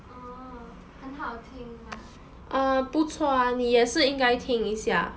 orh 很好听吗